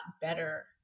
better